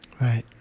Right